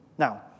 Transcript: Now